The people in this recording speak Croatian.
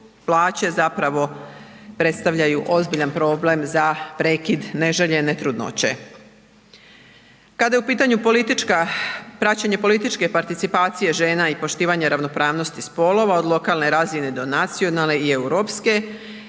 zapravo predstavljaju ozbiljan problem za prekid neželjene trudnoće. Kada je u pitanju praćenje političke participacije žena i poštovanje ravnopravnosti spolova od lokalne razine do nacionalne i europske